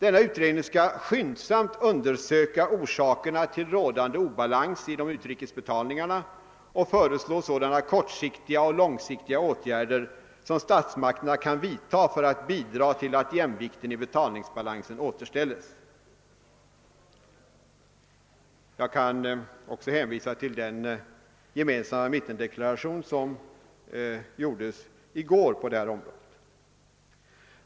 Denna utredning skall skyndsamt undersöka orsakerna till rådande obalans i fråga om utrikesbetalningarna och föreslå sådana kortsiktiga och långsiktiga åtgärder, som statsmakterna kan vidta för att bidra till att jämvikten i betalningsbalansen återställs. Jag kan också hänvisa till den gemensamma mittendeklaration som gjordes i går på detta område.